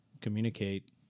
communicate